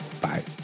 Bye